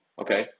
Okay